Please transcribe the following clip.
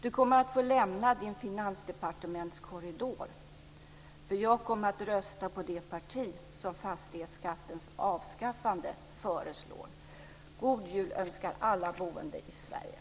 Du kommer att få lämna din Finansdepartementskorridor, för jag kommer att rösta på det parti som fastighetsskattens avskaffande föreslår. God jul önskar alla boende i Sverige!